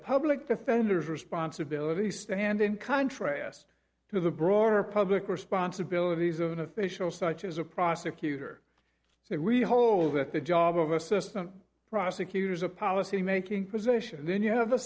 public defender's responsibility stand in contrast to the broader public responsibilities of an official such as a prosecutor so we hold that the job of assistant prosecutor is a policymaking position and then you have the